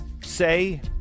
say